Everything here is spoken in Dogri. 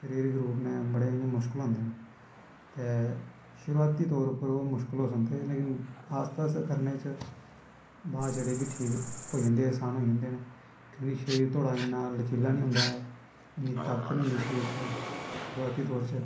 शरिरिक रूप नै बड़े मुश्कल होंदे नै ते शुरुआती तौर उप्पर ओह् मुश्कल होंदे पर आस्ता आस्ता करने च बाद च जेह्ड़े कि ठीक होई जंदे न आसान होई जंदे न कि शरीर तोआड़ा इन्ना लचीला नी होंदा ऐ इन्नी ताकत नी होंदी शरीर च कनैं शुरुआती तौर च